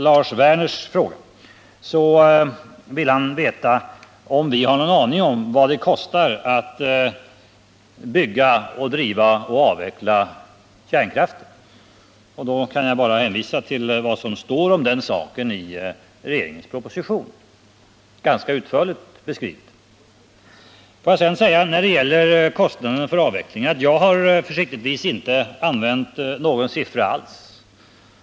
Lars Werner vill veta om vi har någon aning om vad det kostar att bygga, driva och avveckla kärnkraftsanläggningar. Jag kan bara hänvisa till vad som ganska utförligt står om den saken i regeringens proposition. Beträffande kostnaden för avveckling av kärnkraften har jag försiktigtvis inte använt någon siffra alls.